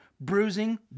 bruising